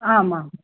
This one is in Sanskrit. आमां